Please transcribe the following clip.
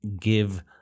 give